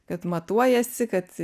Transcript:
kad matuojasi kad